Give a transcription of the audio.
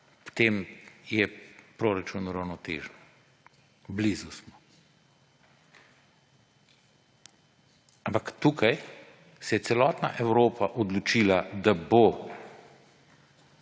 potem je proračun uravnotežen, blizu smo. Ampak tukaj se je celotna Evropa odločila, da bo